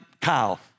Kyle